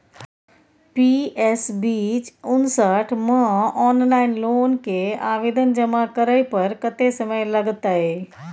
PS बीच उनसठ म ऑनलाइन लोन के आवेदन जमा करै पर कत्ते समय लगतै?